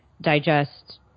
digest